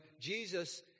Jesus